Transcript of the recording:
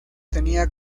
tenía